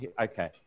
Okay